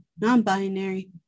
non-binary